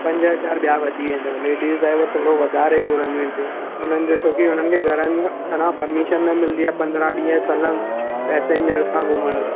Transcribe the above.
पंज हज़ार ॿिया वधी वेंदव लेडीस ड्राइवर थोरो वधारे घुरदियूं आहिनि पैसा उन्हनि जो छोकि हुननि खे घरनि घरां परमिशन न मिलंदी आहे पंदरहं ॾींहु सलंग पेसेन्जर सां घुमण लाइ